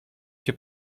się